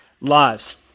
lives